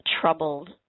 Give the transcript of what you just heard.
troubled